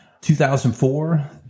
2004